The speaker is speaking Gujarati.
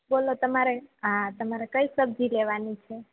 બોલો તમારે હા તમારે કઈ સબ્જી લેવાની છે